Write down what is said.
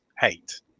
hate